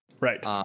Right